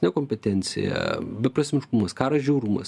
nekompetencija beprasmiškumas karo žiaurumas